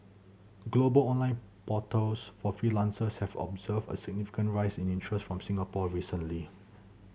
global online portals for freelancers have observed a significant rise in interest from Singapore recently